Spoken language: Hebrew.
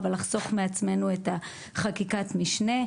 ולחסוך מעצמנו את חקיקת המשנה.